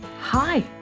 Hi